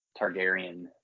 Targaryen